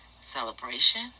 celebration